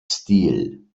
stil